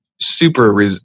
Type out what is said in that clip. super